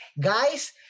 guys